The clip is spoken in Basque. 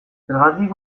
zergatik